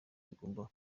tugomba